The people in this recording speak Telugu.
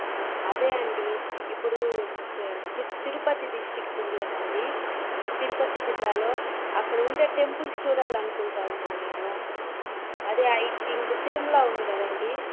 అదే అండీ ఇప్పుడు చిత్ తిరుపతి డిస్ట్రిక్ ఉంది కదండీ తిరుపతి జిల్లాలో అక్కడ ఉండే టెంపుల్స్ చూడాలనుకుంటా ఉన్నా నేను అదే ఐ తింక్ తిరుమల ఉంది కదండీ